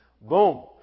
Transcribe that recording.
Boom